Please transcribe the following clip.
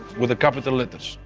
with capital letters.